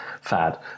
fad